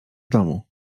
domu